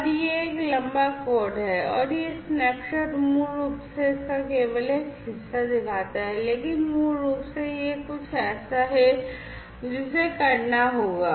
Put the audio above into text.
और यह एक लंबा कोड है और ये स्नैपशॉट मूल रूप से इसका केवल एक हिस्सा दिखाता है लेकिन मूल रूप से यह कुछ ऐसा है जिसे करना होगा